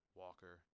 walker